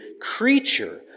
creature